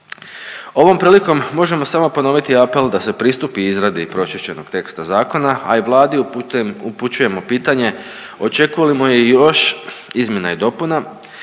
Ovom prilikom možemo samo ponoviti apel da se pristupi izradi pročišćenog teksta zakona, a i Vladi upućujemo pitanje, očekujemo li još izmjena i dopuna,